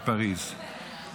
בפריז,